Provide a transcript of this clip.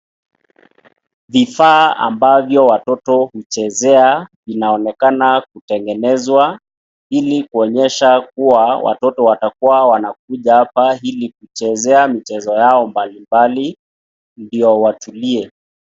Vifaa ambavyo watoto huchezea, vinaonekana kutengenezwa ili kuonyesha kuwa watoto watakuwa wanakuja hapa ili kuchezea mchezo yao mbali mbali ndio watulie.